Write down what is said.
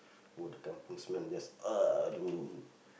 oh the kampung smell just !aduh!